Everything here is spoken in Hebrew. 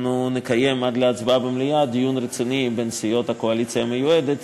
אנחנו נקיים עד להצבעה במליאה דיון רציני בין סיעות הקואליציה המיועדת